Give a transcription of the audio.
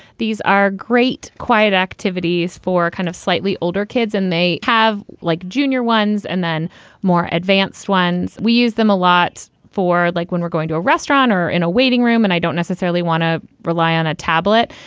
these are great quiet activities for a kind of slightly older kids and they have like junior ones and then more advanced ones. we use them a lot for like when we're going to a restaurant or in a waiting room. and i don't necessarily want to rely on a tablet.